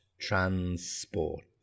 transport